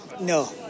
No